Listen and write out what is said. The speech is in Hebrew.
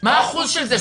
מה האחוז של זה?